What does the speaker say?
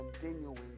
continuing